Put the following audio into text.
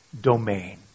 domain